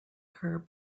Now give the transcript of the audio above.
her